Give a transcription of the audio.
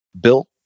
built